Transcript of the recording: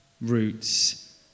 roots